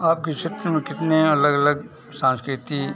आपके क्षेत्र में कितने अलग अलग संस्कृति